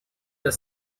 the